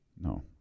No